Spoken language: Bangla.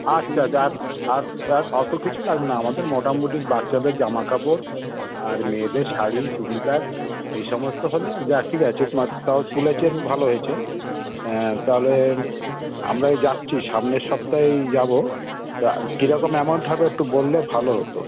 আচ্ছা আছা আর আর আর অত কিছু লাগবে না আমাদের মোটামুটি বাচ্চাদের জামা কাপড় আর মেয়েদের শাড়ি চুড়িদার এই সমস্ত হলে যাক ঠিক আছে মাত্রাও তুলেছেন ভালো হয়েছে তাহলে আমরা এই যাচ্ছি সামনের সপ্তাহেই যাবো তা কেরকম অ্যামাউন্ট হবে একটু বললে ভালো হতো